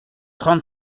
trente